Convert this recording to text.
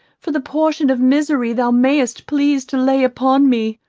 for the portion of misery thou may'st please to lay upon me.